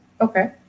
Okay